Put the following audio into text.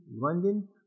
London